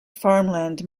farmland